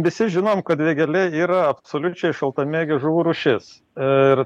visi žinom kad vėgėlė yra absoliučiai šaltamėgė žuvų rūšis ir